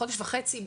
חודש וחצי,